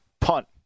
punt